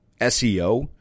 SEO